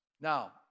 Now